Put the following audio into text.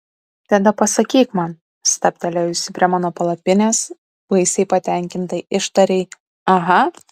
tada pasakyk man stabtelėjusi prie mano palapinės baisiai patenkinta ištarei aha